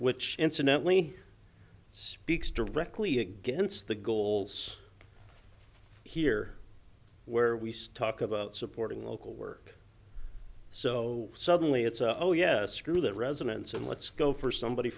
which incidentally speaks directly against the goals here where we stalk about supporting local work so suddenly it's a yes true that residents in let's go for somebody